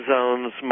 Zones